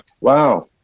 Wow